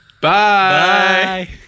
bye